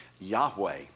Yahweh